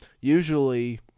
usually